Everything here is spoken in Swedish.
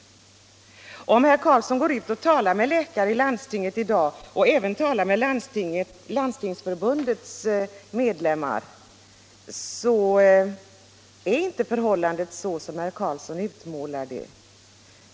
Om herr Carlsson går ut och talar med läkare inom landstinget i dag och även med Landstingsförbundets medlemmar, skall han finna att förhållandet inte är sådant som han utmålar det.